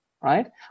right